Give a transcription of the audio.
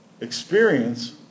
Experience